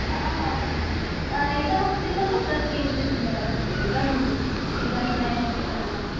आम् आम् इदमस्ति खलु तत् किञ्चित् न्यूनमस्ति इदम् इदं द्वयमपि समानमस्ति